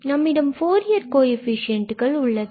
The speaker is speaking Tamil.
நம்மிடம் ஃபூரியர் கோஎஃபிசியன்ட்கள் உள்ளது